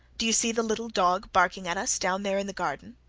do you see the little dog barking at us down there in the garden